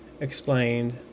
explained